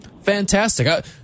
Fantastic